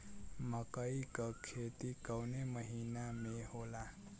मकई क खेती कवने महीना में होला?